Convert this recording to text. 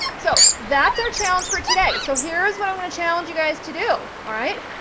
so that's our challenge for today. so here's what i'm going to challenge you guys to do. all right,